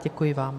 Děkuji vám.